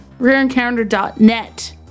RareEncounter.net